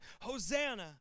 Hosanna